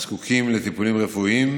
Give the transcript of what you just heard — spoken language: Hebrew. הזקוקים לטיפולים רפואיים,